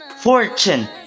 fortune